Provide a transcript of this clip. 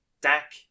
Dak